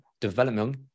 development